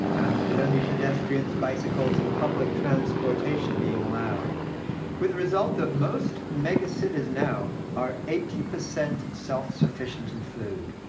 with only pedestrians, bicycles, and public transportation being allowed with result that most mega-cities now are eighty percent self-sufficient in food.